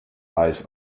eis